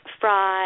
fraud